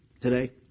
today